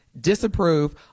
disapprove